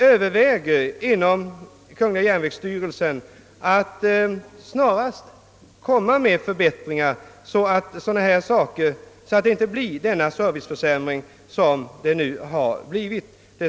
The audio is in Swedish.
Överväger kungl. järnvägsstyrelsen att snarast åstadkomma förbättringar för att undvika sådana serviceförsämringar som det nu har blivit?